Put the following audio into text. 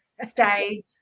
stage